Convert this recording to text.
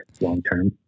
long-term